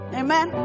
amen